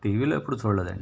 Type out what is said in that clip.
టీవీలో ఎప్పుడూ చూడలేదండి